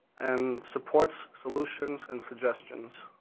and supports, solutions, and suggestions.